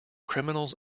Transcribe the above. criminals